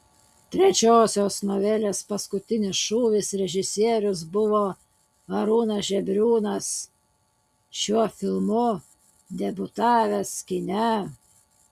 trečiosios novelės paskutinis šūvis režisierius buvo arūnas žebriūnas šiuo filmu debiutavęs kine